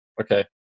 Okay